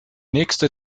nächste